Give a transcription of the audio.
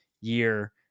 year